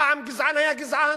פעם גזען היה גזען.